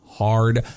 Hard